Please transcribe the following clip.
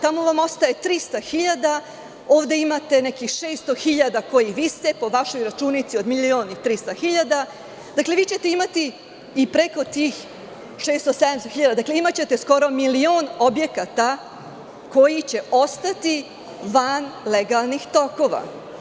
Tamo vam ostaje 300 hiljada, ovde imate nekih 600 hiljada koji vise, po vašoj računici od milion i 300 hiljada, dakle, vi ćete imati i preko tih 600, 700 hiljada, imaćete skoro milion objekata koji će ostati van legalnih tokova.